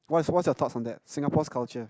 what's what's your thoughts on that Singapore's culture